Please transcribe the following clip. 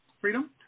Freedom